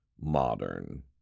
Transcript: modern